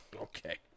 Okay